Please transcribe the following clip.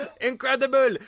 incredible